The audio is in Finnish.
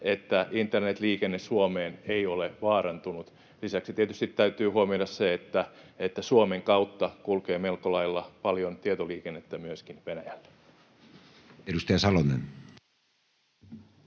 että internetliikenne Suomeen ei ole vaarantunut. Lisäksi tietysti täytyy huomioida se, että Suomen kautta kulkee melko lailla paljon tietoliikennettä myöskin Venäjälle. Edustaja Salonen.